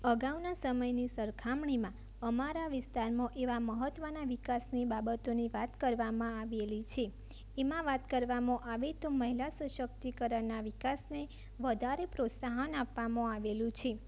અગાઉના સમયની સરખામણીમાં અમારા વિસ્તારમાં એવા મહત્ત્વના વિકાસની બાબતોની વાત કરવામાં આવેલી છે એમાં વાત કરવામાં આવે તો મહિલા સશક્તિકરણના વિકાસને વધારે પ્રોત્સાહન આપવામાં આવેલું છે